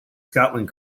scotland